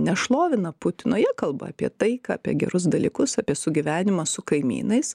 nešlovina putino jie kalba apie tai ką apie gerus dalykus apie sugyvenimą su kaimynais